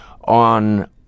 on